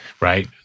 right